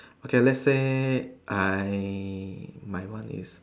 okay let's say I my one is